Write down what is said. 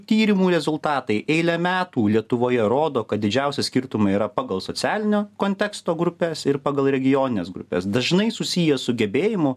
tyrimų rezultatai eilę metų lietuvoje rodo kad didžiausi skirtumai yra pagal socialinio konteksto grupes ir pagal regionines grupes dažnai susiję su gebėjimu